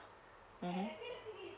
mmhmm